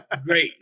Great